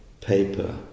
paper